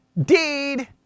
deed